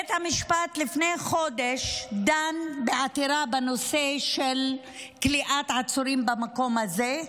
בית המשפט דן לפני חודש בעתירה בנושא של כליאת עצורים במקום הזה,